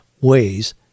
ways